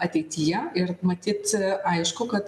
ateityje ir matyt aišku kad